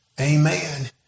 Amen